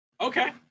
Okay